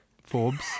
Forbes